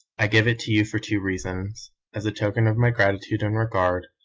i give it to you for two reasons as a token of my gratitude and regard,